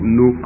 no